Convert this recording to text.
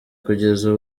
kugeza